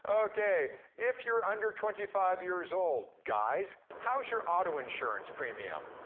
um okay, if you're under twenty five years old, guys, how's your auto insurance premium?